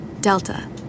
Delta